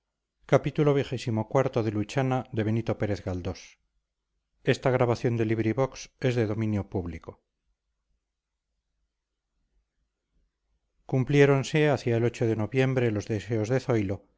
cumpliéronse hacia el de noviembre los deseos de zoilo